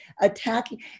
attacking